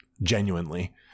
genuinely